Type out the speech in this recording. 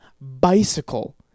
bicycle